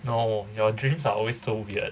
no your dreams are always so weird